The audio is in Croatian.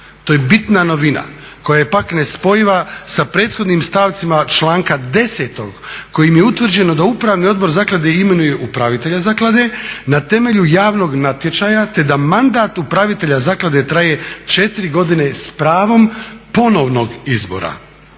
To je bitna novina koja je pak nespojiva sa prethodnim stavcima članka 10. kojim je utvrđeno da upravni odbor zaklade imenuje upravitelja zaklade na temelju javnog natječaja te da mandat upravitelja zaklade traje 4 godine sa pravom ponovnog izbora.